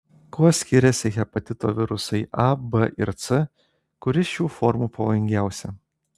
kuo skiriasi hepatito virusai a b ir c kuri šių formų pavojingiausia